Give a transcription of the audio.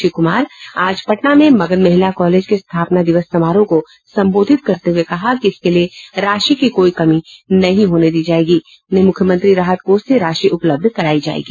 श्री कुमार आज पटना में मगध महिला कॉलेज के स्थापना दिवस समारोह को संबोधित करते हुए कहा कि इसके लिए राशि की कोई कमी होने पर मुख्यमंत्री राहत कोष से राशि उपलब्ध करायी जायेगी